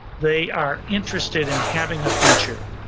they are interested in having a future.